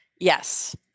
Yes